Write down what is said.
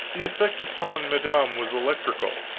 the effect upon madame was electrical.